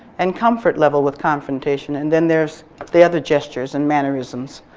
and comfort level with confrontation and then there's the other gestures and mannerisms.